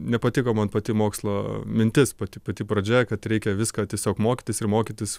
nepatiko man pati mokslo mintis pati pati pradžia kad reikia viską tiesiog mokytis ir mokytis